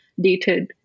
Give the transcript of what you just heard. dated